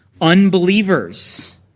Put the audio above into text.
Unbelievers